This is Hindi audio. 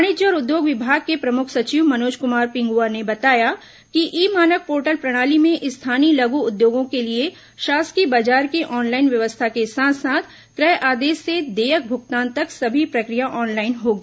वाणिज्य और उद्योग विभाग के प्रमुख सचिव मनोज कुमार पिंगुआ ने बताया कि ई मानक पोर्टल प्रणाली में स्थानीय लघु उद्योगों के लिए शासकीय बाजार की ऑनलाइन व्यवस्था के साथ साथ क्रय आदेश से देयक भुगतान तक सभी प्रक्रिया ऑनलाइन होगी